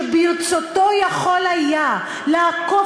ברצותו יכול היה לעקוף,